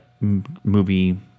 movie